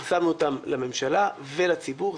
פרסמנו אותם לממשלה ולציבור.